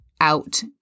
out